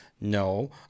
no